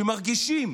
שמרגישים